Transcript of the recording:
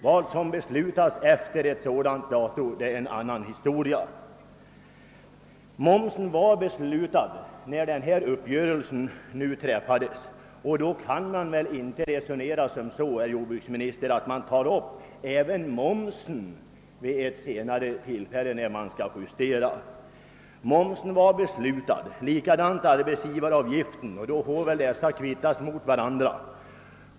Vad som beslutas senare är en annan historia. Momsen var beslutad när uppgörelsen träffades. Då kan man väl inte ta upp även den frågan vid en framtida justering. även arbetsgivaravgiften var beslutad, och då får väl dessa båda beslut kvittas mot varandra.